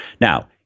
Now